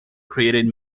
created